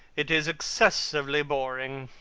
it is excessively boring.